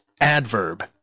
adverb